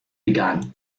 began